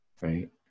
Right